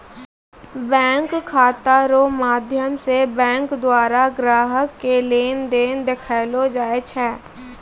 bank खाता रो माध्यम से बैंक द्वारा ग्राहक के लेन देन देखैलो जाय छै